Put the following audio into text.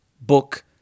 book